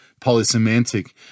Polysemantic